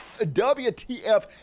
WTF